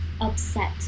upset